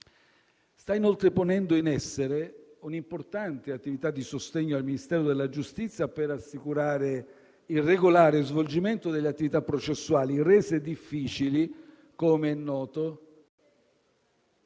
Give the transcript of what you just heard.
Sta inoltre ponendo in essere un'importante attività di sostegno al Ministero della giustizia per assicurare il regolare svolgimento delle attività processuali, rese difficili, com'è noto,